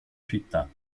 città